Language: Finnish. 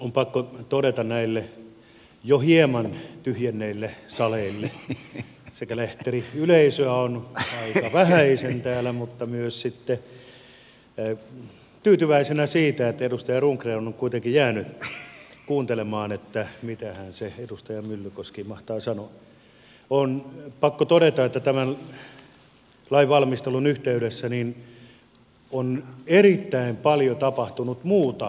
on pakko todeta näille jo hieman tyhjenneille saleille sekä lehteriyleisöä aika vähäisen on täällä mutta tyytyväisenä siitä että edustaja rundgren on kuitenkin jäänyt kuuntelemaan että mitähän se edustaja myllykoski mahtaa sanoa että tämän lain valmistelun yhteydessä on erittäin paljon tapahtunut muuta kalastuksen osalta